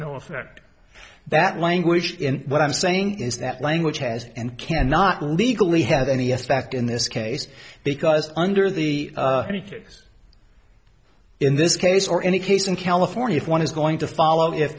no effect that language in what i'm saying is that language has and cannot legally have any aspect in this case because under the any case in this case or any case in california if one is going to follow if